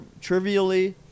trivially